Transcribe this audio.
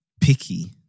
Picky